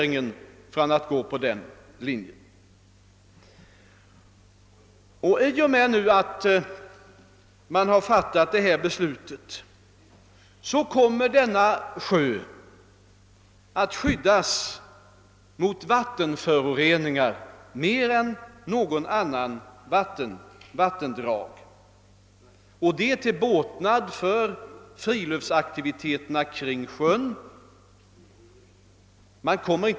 I och med att beslutet nu har fattats kommer denna sjö att skyddas mot vattenföroreningar mer än något annat vattendrag, vilket är till båtnad för friluftsaktiviteterna kring sjön.